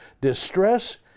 distress